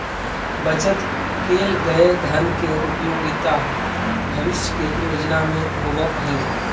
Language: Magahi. बचत कैल गए धन के उपयोगिता भविष्य के योजना में होवऽ हई